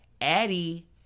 Addie